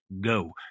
Go